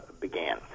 began